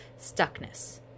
stuckness